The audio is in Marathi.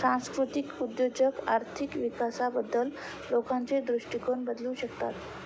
सांस्कृतिक उद्योजक आर्थिक विकासाबद्दल लोकांचे दृष्टिकोन बदलू शकतात